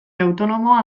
autonomoa